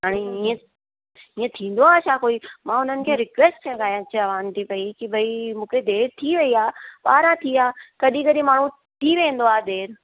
हाणे ईअं ईअं थींदो आहे छा कोई मां हुनखे रिक्वेस्ट करे चवां थी पई की भई मूंखे देरि थी वई आहे ॿारहां थी विया कॾहिं कॾहिं माण्हू थी वेंदो आहे देरि